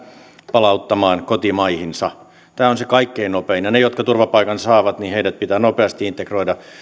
palauttamaan kotimaahansa tämä on se kaikkein nopein heidät jotka turvapaikan saavat pitää nopeasti integroida